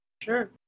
sure